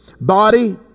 body